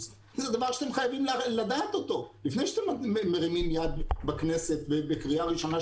זה דבר שאתם חייבים לדעת אותו לפני שאתם מרימים יד בכנסת בקריאה ראשונה,